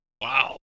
wow